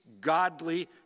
godly